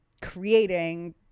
creating